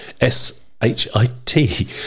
S-H-I-T